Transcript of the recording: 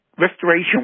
restoration